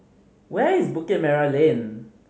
where is Bukit Merah Lane